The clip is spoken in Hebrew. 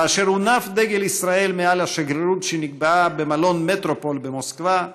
כאשר הונף דגל ישראל מעל השגרירות שנקבעה במלון מטרופול במוסקבה,